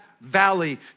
Valley